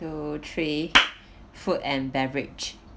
two three food and beverage